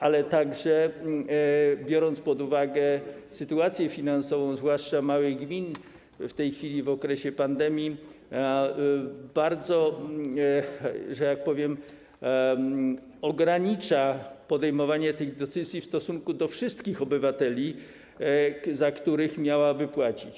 Ale biorąc pod uwagę także sytuację finansową zwłaszcza małych gmin, w tej chwili, w okresie pandemii gminy bardzo, że tak powiem, ograniczają podejmowanie tych decyzji w stosunku do wszystkich obywateli, za których miałyby płacić.